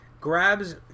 Grabs